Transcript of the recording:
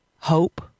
Hope